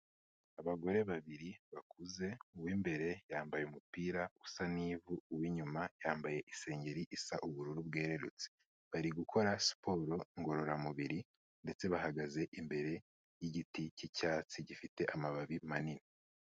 Abagore babiri bakuze, uw'imbere yambaye umupira usa n'ivu uw'inyuma yambaye isengeri isa ubururu bwererutse, bari gukora siporo ngororamubiri ndetse bahagaze imbere y'igiti cy'icyatsi gifite amababi manini.